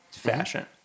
fashion